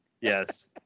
Yes